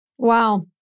Wow